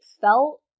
felt